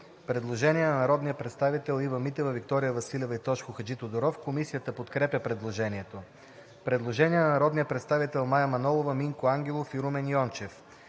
предложение на народните представители Ива Митева, Виктория Василева и Тошко Хаджитодоров. Комисията подкрепя предложението. Предложение на народните представители Мая Манолова, Минко Ангелов и Румен Йончев: